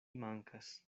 mankas